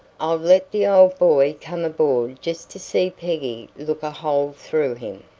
i'll let the old boy come aboard just to see peggy look a hole through him,